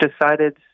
decided